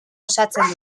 osatzen